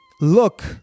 look